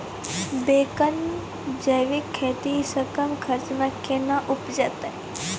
बैंगन जैविक खेती से कम खर्च मे कैना उपजते?